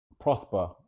prosper